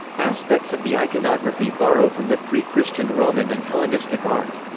aspects of the iconography borrow from the pre-christian roman and hellenistic art.